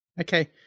okay